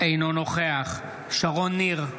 אינו נוכח שרון ניר,